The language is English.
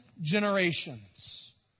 generations